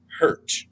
hurt